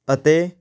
ਅਤੇ